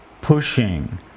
pushing